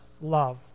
love